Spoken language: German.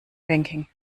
banking